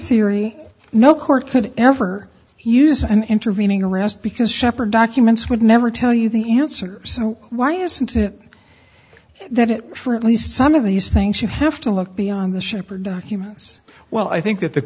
theory no court could ever use an intervening arrest because sheppard documents would never tell you the answer so why isn't it that it for at least some of these things you have to look beyond the shipper documents well i think that the